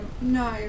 no